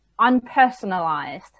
unpersonalized